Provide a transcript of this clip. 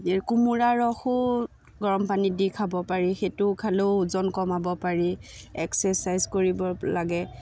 এই কোমোৰা ৰসো গৰম পানী দি খাব পাৰি সেইটো খালেও ওজন কমাব পাৰি এক্সেৰচাইজ কৰিব লাগে